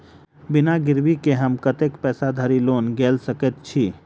बिना गिरबी केँ हम कतेक पैसा धरि लोन गेल सकैत छी?